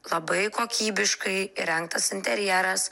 labai kokybiškai įrengtas interjeras